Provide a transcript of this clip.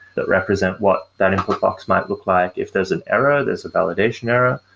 that represent what that input box might look like if there's an error, there's a validation error.